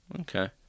Okay